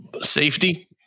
Safety